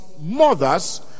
mothers